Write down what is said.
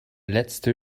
letzte